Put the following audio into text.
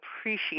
appreciate